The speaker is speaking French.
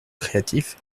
créatif